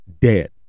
dead